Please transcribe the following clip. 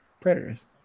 Predators